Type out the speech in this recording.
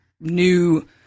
new